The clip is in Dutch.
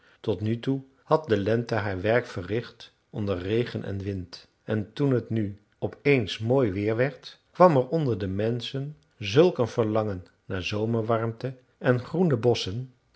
tot nu toe had de lente haar werk verricht onder regen en wind en toen t nu op eens mooi weer werd kwam er onder de menschen zulk een verlangen naar zomerwarmte en groene bosschen